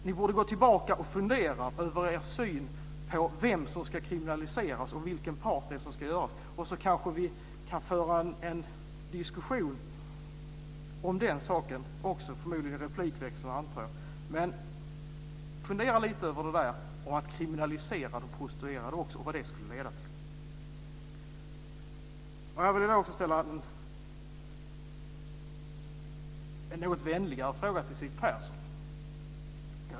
Ni borde gå tillbaka och fundera över er syn på vilken part som ska kriminaliseras. Sedan kanske vi kan föra en diskussion om den saken, förmodligen i en replikväxling. Fundera lite över vad en kriminalisering av de prostituerade skulle leda till. Jag vill ställa en något vänligare fråga till Siw Persson.